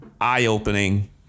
eye-opening